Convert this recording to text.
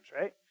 right